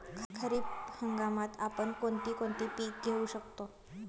खरीप हंगामात आपण कोणती कोणती पीक घेऊ शकतो?